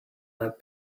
that